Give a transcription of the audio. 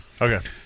okay